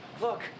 Look